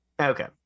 Okay